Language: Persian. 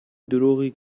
دروغی